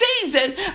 season